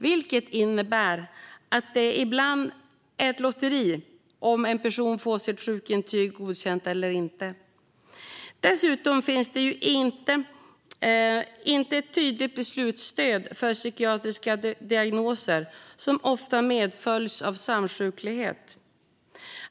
Det innebär att det ibland är ett lotteri om en person får sitt sjukintyg godkänt eller inte. Dessutom finns det inte ett tydligt beslutsstöd för psykiatriska diagnoser, som ofta följs av samsjuklighet.